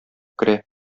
керә